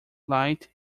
light